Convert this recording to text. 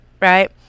Right